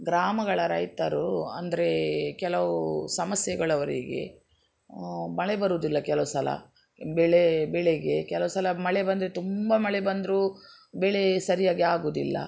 ಗ್ರಾಮಗಳ ರೈತರು ಅಂದರೆ ಕೆಲವು ಸಮಸ್ಯೆಗಳು ಅವರಿಗೆ ಮಳೆ ಬರೋದಿಲ್ಲ ಕೆಲವು ಸಲ ಬೆಳೆ ಬೆಳೆಗೆ ಕೆಲವು ಸಲ ಮಳೆ ಬಂದರೆ ತುಂಬ ಮಳೆ ಬಂದರೂ ಬೆಳೆ ಸರಿಯಾಗಿ ಆಗೋದಿಲ್ಲ